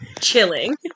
chilling